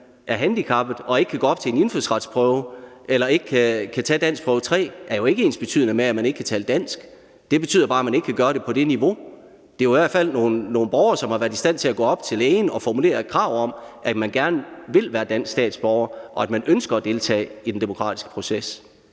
er handicappet og ikke kan tage en indfødsretsprøve eller ikke kan tage danskprøve 3, er jo ikke ensbetydende med, at man ikke kan tale dansk. Det betyder bare, at man ikke kan gøre det på det niveau. Der er jo i hvert fald tale om nogle borgere, som har været i stand til at gå op til lægen og formulere et krav om, at man gerne vil være dansk statsborger, og at man ønsker at deltage i den demokratiske proces.